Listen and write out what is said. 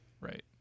Right